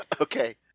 Okay